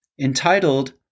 entitled